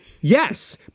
Yes